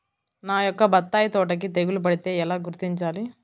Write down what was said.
నా యొక్క బత్తాయి తోటకి తెగులు పడితే ఎలా గుర్తించాలి?